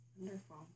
Wonderful